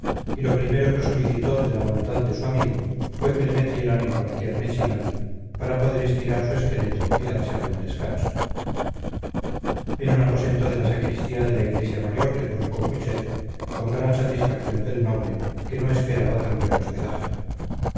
y lo primero que solicitó de la bondad de su amigo fue que le metieran en cualquier mechinal para poder estirar su esqueleto y darse algún descanso en un aposento de la sacristía de la iglesia mayor le colocó putxet con gran satisfacción del noble que no esperaba tan buen hospedaje